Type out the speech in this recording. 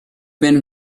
been